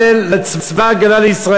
אפשר לא להטריד מינית.